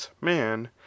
man